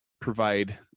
provide